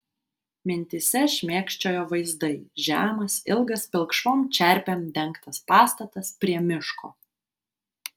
mintyse šmėkščiojo vaizdai žemas ilgas pilkšvom čerpėm dengtas pastatas prie miško